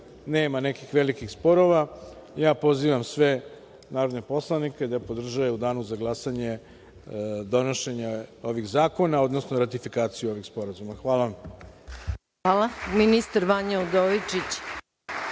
nema nekih velikih sporova, pozivam sve narodne poslanike da podrže u danu za glasanje donošenje ovih zakona, odnosno ratifikaciju ovih sporazuma. Hvala vam. **Maja Gojković**